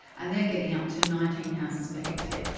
and they are getting up to nineteen houses per hectare.